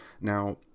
Now